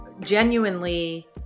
genuinely